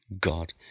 God